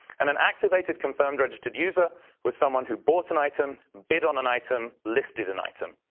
and an activated confirmed registered user was someone who bought an item, bid on an item, listed an item.